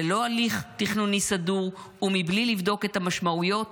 ללא הליך תכנוני סדור ומבלי לבדוק את המשמעויות